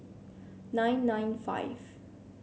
nine nine five